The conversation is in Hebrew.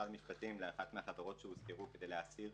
המשפטים לאחת מהחברות שהוזכרו כדי להסיר